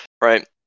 right